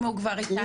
אם הוא כבר איתנו.